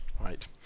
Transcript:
Right